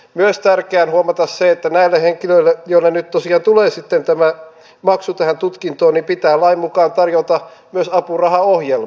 myös tärkeää on huomata se että näille henkilöille joille nyt tosiaan tulee sitten tämä maksu tähän tutkintoon pitää lain mukaan tarjota myös apurahaohjelma